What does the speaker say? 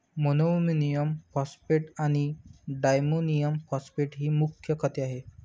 monoammonium phosphate आणि diammonium phosphate ही मुख्य खते आहेत